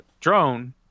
drone